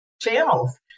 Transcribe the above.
channels